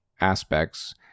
aspects